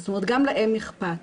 גם להם אכפת.